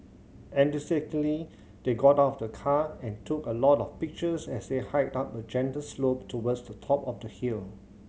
enthusiastically they got out of the car and took a lot of pictures as they hiked up a gentle slope towards the top of the hill